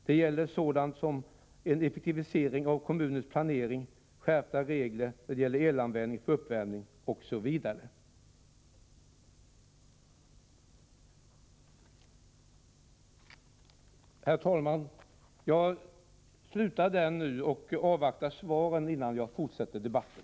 Det gäller sådant som en effektivisering av kommunernas planering, skärpta regler när det gäller elanvändningen för uppvärmning osv.” Herr talman! Jag slutar här och avvaktar svaren innan jag fortsätter debatten.